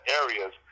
areas